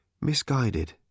...misguided